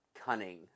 cunning